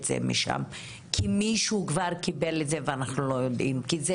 ואי אפשר לעצור את זה, וזה הקושי האמיתי.